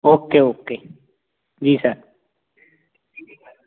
okay okay जी sir ठीक है सर